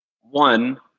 One